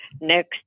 next